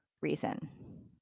reason